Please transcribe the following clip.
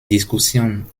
diskussion